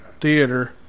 Theater